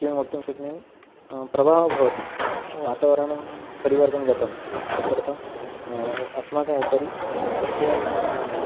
किं वक्तुं शक्नोमि प्रभावः भवति वातावरणं परिवर्तनं जातं तदर्थम् अस्माकमुपरि तस्य